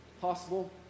possible